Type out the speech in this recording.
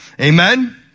Amen